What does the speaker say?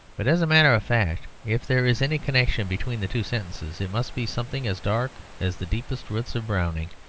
but, as a matter of fact, if there is any connection between the two sentences, it must be something as dark as the deepest roots of browning,